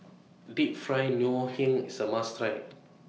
Deep Fried Ngoh Hiang IS A must Try